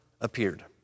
appeared